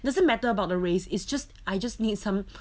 doesn't matter about the race is just I just need some